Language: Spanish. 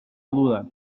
duda